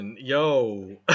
yo